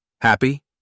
Happy